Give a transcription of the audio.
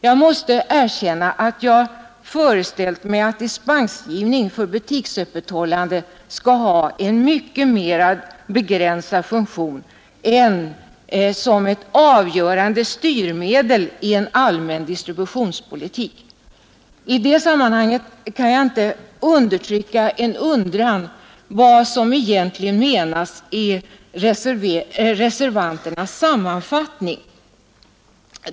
Jag måste erkänna att jag föreställer mig att dispensgivning för butiks öppethållande skall ha en mycket mer begränsad funktion än som ett avgörande styrmedel i en allmän distributionspolitik. I det sammanhanget kan jag inte undertrycka en fråga om vad som egentligen menas i reservanternas sammanfattning.